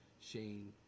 Shane